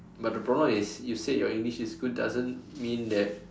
but the problem is you said your English is good doesn't mean that